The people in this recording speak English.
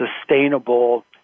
sustainable